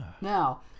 Now